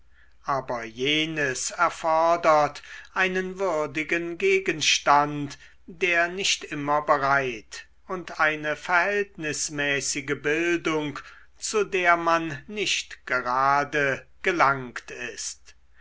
aber jenes erfordert einen würdigen gegenstand der nicht immer bereit und eine verhältnismäßige bildung zu der man nicht gerade gelangt ist